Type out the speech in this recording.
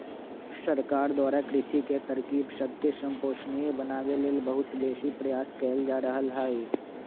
सरकार द्वारा कृषि के तरकिब सबके संपोषणीय बनाबे लेल बहुत बेशी प्रयास कएल जा रहल हइ